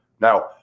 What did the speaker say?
Now